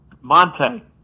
Monte